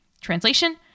Translation